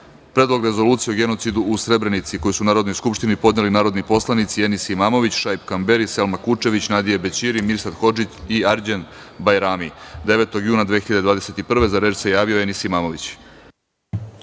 Predlog rezolucije o genocidu u Srebrenici, koji su Narodnoj skupštini podneli narodni poslanici Enis Imamović, Šaip Kamberi, Selma Kučević, Nadija Bećiri, Mirsad Hodžić i Arđen Bajrami 9. juna 2021.Za reč se javio Enis Imamović.